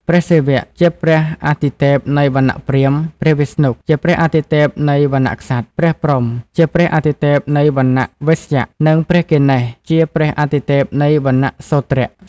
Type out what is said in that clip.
ព្រះសិវៈ ជាព្រះអាទិទេពនៃវណ្ណៈព្រាហ្មណ៍ ព្រះវិស្ណុ ជាព្រះអាទិទេពនៃវណ្ណៈក្សត្រ ព្រះព្រហ្ម ជាព្រះអាទិទេពនៃវណ្ណៈវេស្យៈ និង ព្រះគណេស ជាព្រះអាទិទេពនៃវណ្ណៈសូទ្រៈ។